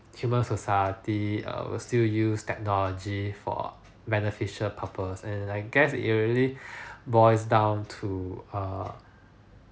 human society err will still use technology for beneficial purpose and I guess it really boils down to err